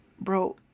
bro